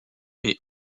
mais